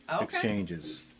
exchanges